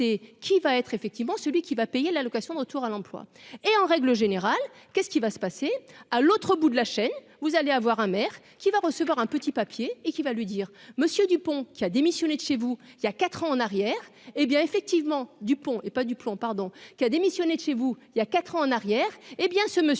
qui va être effectivement celui qui va payer la location de retour à l'emploi et, en règle générale qu'est-ce qui va se passer à l'autre bout de la chaîne, vous allez avoir un maire qui va recevoir un petit papier et qui va lui dire : Monsieur Dupont, qui a démissionné de chez vous, il y a 4 ans en arrière, hé bien effectivement Dupont et pas du plomb, pardon, qui a démissionné de chez vous, il y a 4 ans en arrière, hé bien ce monsieur